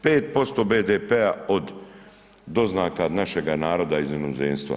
5% BDP-a od doznaka našega naroda iz inozemstva.